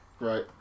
Right